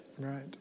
Right